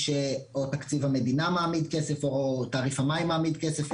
שתקציב המדינה מעמיד כסף או תעריף המים מעמיד כסף,